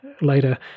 later